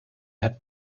had